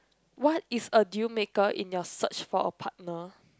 what is a dealmaker in your search for a partner